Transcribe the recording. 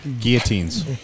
guillotines